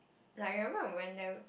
like remember we went there